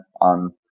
on